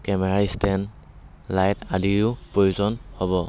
কেমেৰাৰ stand light আদিও প্ৰয়োজন হ'ব